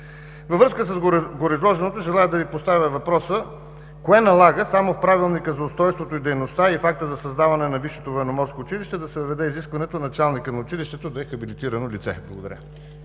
Във връзка с гореизложеното желая да Ви поставя въпроса: кое налага само в Правилника за устройството и дейността и в акта за създаване на Висшето военноморско училище да се въведе изискването началникът на училището да е хабилитирано лице? Благодаря.